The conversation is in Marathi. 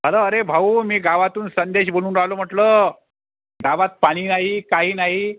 हलो अरे भाऊ मी गावातून संदेश बोलून राहिलो म्हटलं गावात पाणी नाही काही नाही